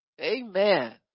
amen